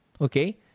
Okay